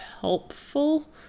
helpful